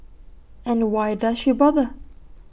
and why does she bother